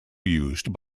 used